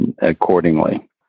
accordingly